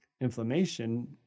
inflammation